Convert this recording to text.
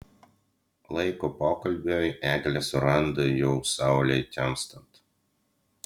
laiko pokalbiui eglė suranda jau saulei temstant